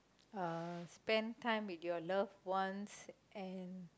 uh spend time with your loved ones and